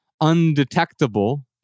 undetectable